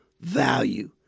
value